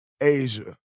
Asia